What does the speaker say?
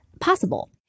possible